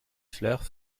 fleurs